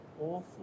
awful